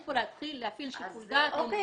זה כתוב בפקודת בתי הסוהר,